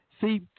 See